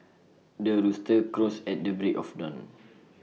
the rooster crows at the break of dawn